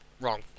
Wrong